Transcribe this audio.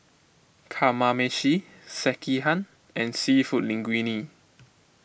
Kamameshi Sekihan and Seafood Linguine